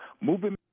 moving